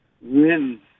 win